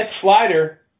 slider